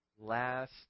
last